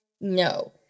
no